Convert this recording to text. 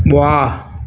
वाह